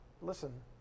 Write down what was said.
listen